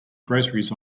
groceries